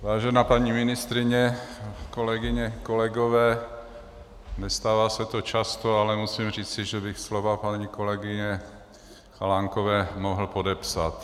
Vážená paní ministryně, kolegyně, kolegové, nestává se to často, ale musím říci, že bych slova paní kolegyně Chalánkové mohl podepsat.